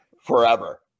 forever